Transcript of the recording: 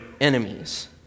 enemies